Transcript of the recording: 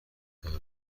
عمه